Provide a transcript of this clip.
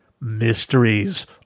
Mysteries